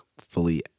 fully